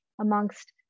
amongst